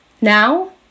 Now